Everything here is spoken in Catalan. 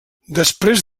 després